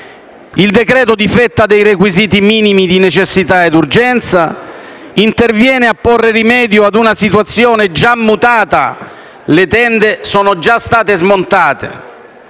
Il decreto-legge difetta dei requisiti minimi di necessità ed urgenza, interviene a porre rimedio ad una situazione già mutata (le tende sono già state smontate),